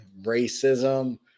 racism